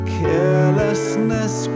carelessness